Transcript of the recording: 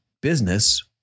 business